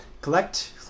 Collect